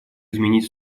изменить